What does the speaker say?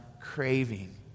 craving